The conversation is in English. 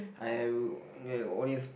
I uh will always